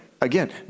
Again